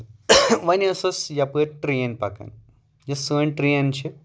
ونۍ یُس ٲس یپٲر ٹرین پکان یہِ سٲنۍ ٹرین چھِ